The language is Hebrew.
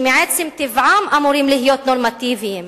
שמעצם טבעם אמורים להיות נורמטיביים,